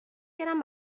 گرم